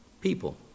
people